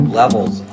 levels